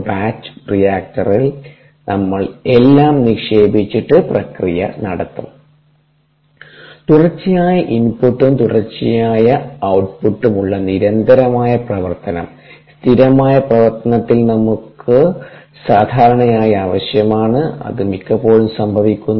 batch റിയാക്ടറിൽ നമ്മൾ എല്ലാം നിക്ഷേപിച്ചിട്ട് പ്രക്രിയ നടത്തും തുടർച്ചയായ ഇൻപുട്ടും തുടർച്ചയായ ഔട്ട്പുട്ടും ഉള്ള നിരന്തരമായ പ്രവർത്തനം സ്ഥിരമായ പ്രവർത്തനത്തിൽ നമ്മൾക്ക് സാധാരണയായി ആവശ്യമാണ് അത് മിക്കപ്പോഴും സംഭവിക്കുന്നു